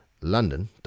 London